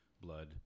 blood